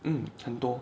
mm 很多